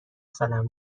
سالم